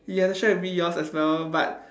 you have to share with me yours as well but